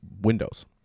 windows